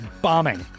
bombing